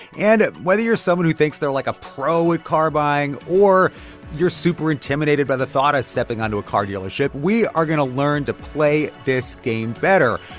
and whether you're someone who thinks they're, like, a pro at car buying or you're super intimidated by the thought of stepping on to a car dealership, we are going to learn to play this game better.